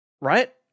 Right